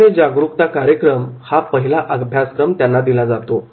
सामान्य जागरूकता कार्यक्रम हा पहिला अभ्यासक्रम असतो